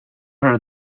her